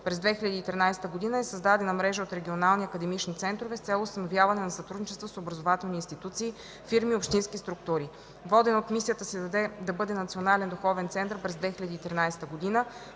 През 2013 г. е създадена мрежа от регионални академични центрове с цел установяване на сътрудничество с образователни институции, фирми и общински структури. Водена от мисията си да бъде национален духовен център през 2013 г.,